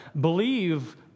believe